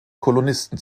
kolonisten